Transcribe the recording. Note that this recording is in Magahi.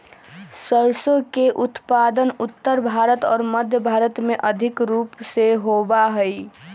सरसों के उत्पादन उत्तर भारत और मध्य भारत में अधिक रूप से होबा हई